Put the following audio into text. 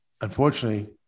unfortunately